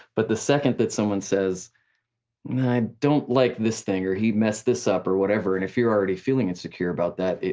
but the second that someone says i don't like this thing, or he messed this up or whatever, and if you're already feeling insecure about that,